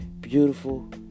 Beautiful